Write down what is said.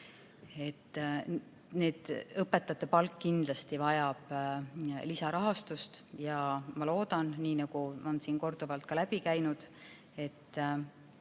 leida. Õpetajate palk kindlasti vajab lisarahastust ja ma loodan, nii nagu on siin korduvalt ka läbi käinud, et